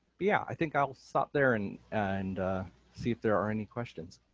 yeah i think i'll stop there and and see if there are any questions.